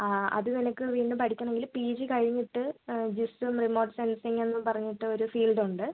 ആ അത് നിനക്ക് വീണ്ടും പഠിക്കണമെങ്കിൽ പി ജി കഴിഞ്ഞിട്ട് ജിസ്സും റിമോട്ട് സെൻസിംഗെന്നും പറഞ്ഞിട്ട് ഒരു ഫീൽഡ് ഉണ്ട്